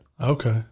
Okay